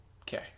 Okay